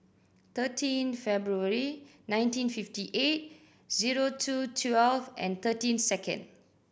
thirteen February nineteen fifty eight zero two twelve and thirteen second